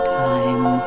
time